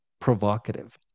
provocative